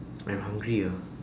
I'm hungry lah